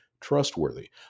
trustworthy